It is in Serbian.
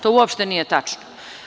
To uopšte nije tačno.